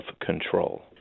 control